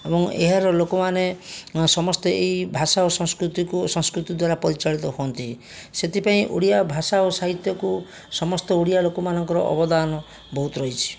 ଏବଂ ଏହାର ଲୋକମାନେ ସମସ୍ତେ ଏଇ ଭାଷା ଓ ସଂସ୍କୃତିକୁ ସଂସ୍କୃତି ଦ୍ୱାରା ପରିଚାଳିତ ହୁଅନ୍ତି ସେଥିପାଇଁ ଓଡ଼ିଆ ଭାଷା ଓ ସାହିତ୍ୟକୁ ସମସ୍ତ ଓଡ଼ିଆ ଲୋକମାନଙ୍କର ଅବଦାନ ବହୁତ ରହିଛି